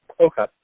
Okay